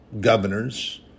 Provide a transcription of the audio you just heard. governors